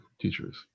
teachers